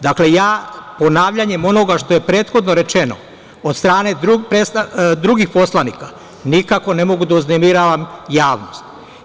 Dakle, ponavljanjem onoga što je prethodno rečeno od strane drugih poslanika nikako ne mogu da uznemiravam javnost.